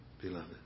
beloved